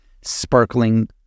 sparkling